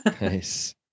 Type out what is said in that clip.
Nice